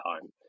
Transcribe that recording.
time